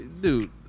dude